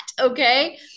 Okay